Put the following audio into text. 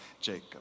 Jacob